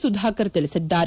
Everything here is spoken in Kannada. ಸುಧಾಕರ್ ತಿಳಿಸಿದ್ದಾರೆ